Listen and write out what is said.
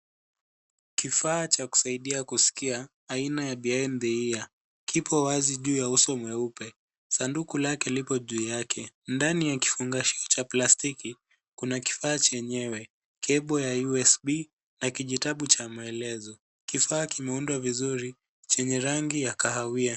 Kifaa cha kusaidia kusikia, aina ya behind the ear . Kipo wazi juu ya uso mweupe, sanduku lake lipo juu yake. Ndani ya kifunganishio cha plastiki, kuna kifaa chenyewe. Cable ya USB na kijitabu cha maelezo. Kifaa kimeundwa vizuri, chenye rangi ya kahawia.